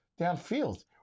downfield